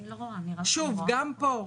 גם פה,